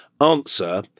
answer